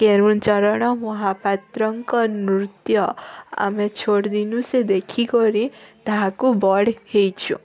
କେଳୁ ଚରଣ ମହାପାତ୍ରଙ୍କ ନୃତ୍ୟ ଆମେ ଛୋଟ୍ ଦିନୁସେ ଦେଖିକରି ତାହାକୁ ବଡ଼ ହେଇଛୁ